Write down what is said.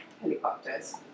helicopters